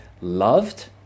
loved